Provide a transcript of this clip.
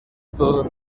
todos